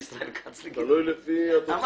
תסבירי.